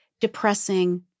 depressing